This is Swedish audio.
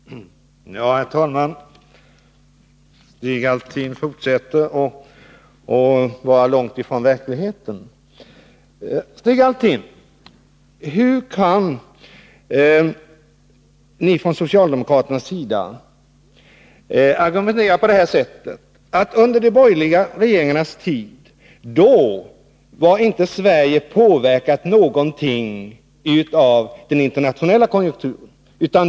Herr talman! Stig Alftin fortsätter att vara långt från verkligheten. | Stig Alftin! Hur kan ni från socialdemokratisk sida argumentera så som ni | gör? Ni säger att Sverige under de borgerliga regeringarnas tid inte var påverkat av den internationella konjunkturen.